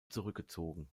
zurückgezogen